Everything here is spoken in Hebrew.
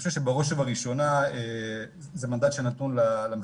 זה נושא שבראש ובראשונה זה מנדט שנתון למחוקק,